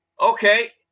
Okay